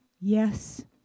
yes